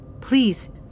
please